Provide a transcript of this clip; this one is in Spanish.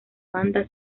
banda